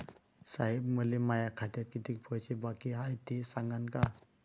साहेब, मले माया खात्यात कितीक पैसे बाकी हाय, ते सांगान का?